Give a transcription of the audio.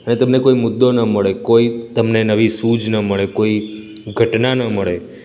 અને તમને કોઇ મુદ્દો ન મળે કોઇ તેમને નવી સૂઝ ન મળે કોઇ ઘટના ન મળે